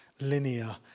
linear